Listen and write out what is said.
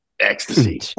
Ecstasy